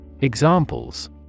Examples